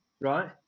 right